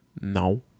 No